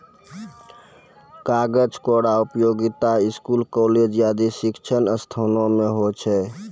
कागज केरो उपयोगिता स्कूल, कॉलेज आदि शिक्षण संस्थानों म होय छै